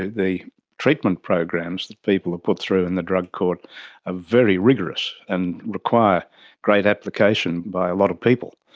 the treatment programs that people are put through in the drug court are ah very rigorous, and require great application by a lot of people.